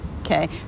okay